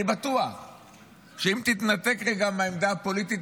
אני בטוח שאם תתנתק רגע מהעמדה הפוליטית,